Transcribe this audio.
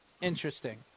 Interesting